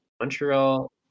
Montreal